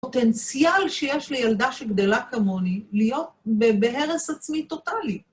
פוטנציאל שיש לילדה שגדלה כמוני להיות בהרס עצמי טוטאלי.